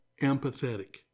empathetic